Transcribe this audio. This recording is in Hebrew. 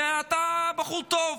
ואתה בחור טוב?